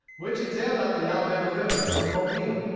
which had sailed up the alabama river from mobile,